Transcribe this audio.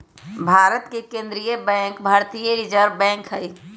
भारत के केंद्रीय bank Bharatiya reserve bank हइ